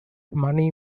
money